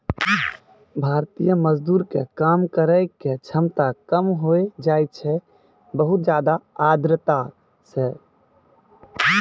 भारतीय मजदूर के काम करै के क्षमता कम होय जाय छै बहुत ज्यादा आर्द्रता सॅ